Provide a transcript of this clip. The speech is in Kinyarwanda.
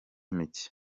mike